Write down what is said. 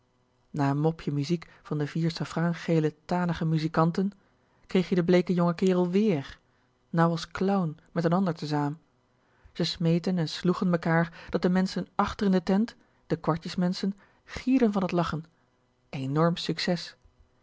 na n mopje muziek van de vier safraan gele tanige muzikanten kreeg je den bleeken jongen kerel wéér nou als clown met n ander tezaam ze smeten en sloegen mekaar dat de menschen achter in de tent de kwartjes menschen gierden van t lachen enorm succes